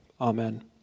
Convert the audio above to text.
Amen